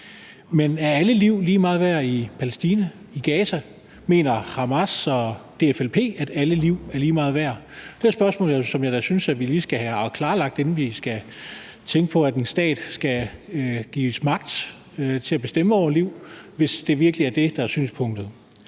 Men er alle liv lige meget værd i Palæstina, i Gaza? Mener Hamas og PFLP, at alle liv er lige meget værd? Det er et spørgsmål, som jeg da synes at vi lige skal have afklaret, inden vi skal begynde at tænke på, om en stat skal gives magt til at bestemme over liv, hvis det virkelig er det, der er synspunktet.